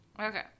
Okay